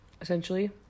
essentially